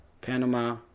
Panama